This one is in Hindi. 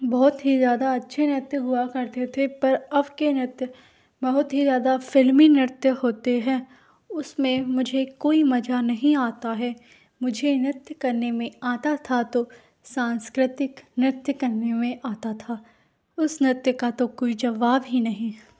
बहुत ही ज़्यादा अच्छे नृत्य हुआ करते थे पर अब के नृत्य बहुत ही ज़्यादा फ़िल्मी नृत्य होते हैं उसमें मुझे कोई मजा नही आता है मुझे नृत्य करने में आता था तो सांस्कृतिक नृत्य करने में आता था उस नृत्य का तो कोई जवाब ही नहीं